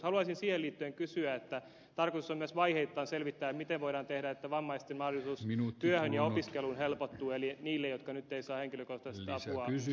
haluaisin siihen liittyen kysyä että tarkoitus on varmaan myös vaiheittain selvittää mitä voidaan tehdä että vammaisten mahdollisuus työhön ja opiskeluun helpottuu niille jotka eivät nyt saa henkilökohtaista apua subjektiivisena oikeutena